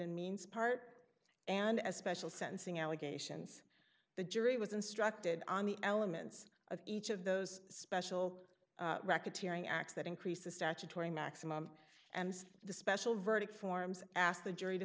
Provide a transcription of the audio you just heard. and means part and as special sentencing allegations the jury was instructed on the elements of each of those special racketeering acts that increase the statutory maximum and the special verdict forms ask the jury to